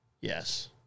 Yes